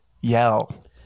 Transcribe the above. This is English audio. yell